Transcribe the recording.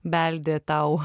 beldė tau